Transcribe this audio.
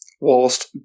whilst